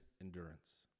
endurance